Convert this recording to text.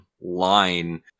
line